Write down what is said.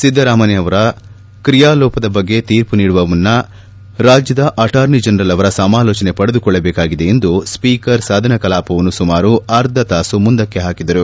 ಿದ್ದರಾಮಯ್ದನವರ ಕ್ರಿಯಾಲೋಪದ ಬಗ್ಗೆ ತೀರ್ಮ ನೀಡುವ ಮುನ್ನ ರಾಜ್ಯದ ಅಟಾರ್ನಿ ಜನರಲ್ ಅವರ ಸಮಾಲೋಚನೆ ಪಡೆದುಕೊಳ್ಳಬೇಕಾಗಿದೆ ಎಂದು ಸ್ವೀಕರ್ ಸದನ ಕಲಾಪವನ್ನು ಸುಮಾರು ಅರ್ಧತಾಸು ಮುಂದಕ್ಕೆ ಹಾಕಿದರು